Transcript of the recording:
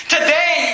Today